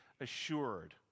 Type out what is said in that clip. assured